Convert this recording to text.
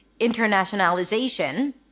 internationalization